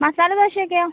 masala ദോശയൊക്കയോ